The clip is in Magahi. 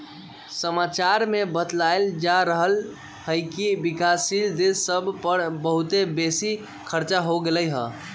समाचार में बतायल जा रहल हइकि विकासशील देश सभ पर बहुते बेशी खरचा हो गेल हइ